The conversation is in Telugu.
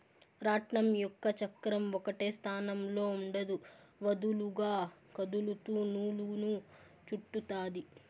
రాట్నం యొక్క చక్రం ఒకటే స్థానంలో ఉండదు, వదులుగా కదులుతూ నూలును చుట్టుతాది